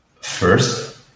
First